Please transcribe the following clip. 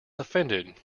offended